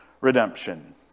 redemption